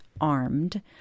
armed